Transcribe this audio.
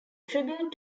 tribute